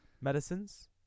medicines